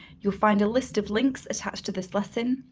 you'll find a list of links attached to this lesson,